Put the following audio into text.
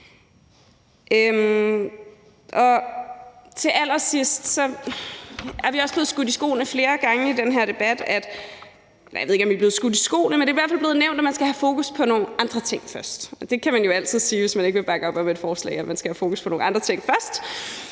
Til allersidst vil jeg sige, at det flere gange i den her debat er blevet nævnt, at man skal have fokus på nogle andre ting først. Det kan man jo altid sige, hvis man ikke vil bakke op om et forslag, altså at man skal have fokus på nogle andre ting først.